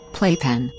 Playpen